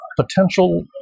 potential